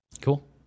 Cool